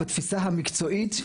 בתפיסה המקצועית,